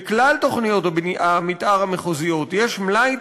בכלל תוכניות המתאר המחוזיות יש מלאי